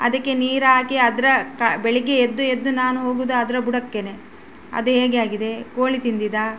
ಅದಕ್ಕೆ ನೀರಾಕಿ ಅದರ ಕಾ ಬೆಳಗ್ಗೆ ಎದ್ದು ಎದ್ದು ನಾನು ಹೋಗುವುದು ಅದರ ಬುಡಕ್ಕೆನೆ ಅದು ಹೇಗೆ ಆಗಿದೆ ಕೋಳಿ ತಿಂದಿದ್ದಾ